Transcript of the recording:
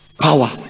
power